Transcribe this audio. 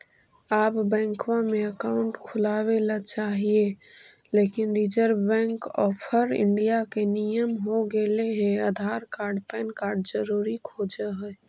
आब बैंकवा मे अकाउंट खोलावे ल चाहिए लेकिन रिजर्व बैंक ऑफ़र इंडिया के नियम हो गेले हे आधार कार्ड पैन कार्ड जरूरी खोज है?